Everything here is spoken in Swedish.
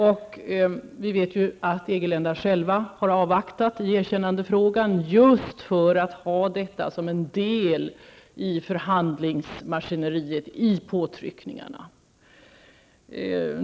EG-länderna har själva avvaktat i erkännandefrågan, just för att ha detta som en del i förhandlingsmaskineriet i påtryckningarna.